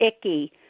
icky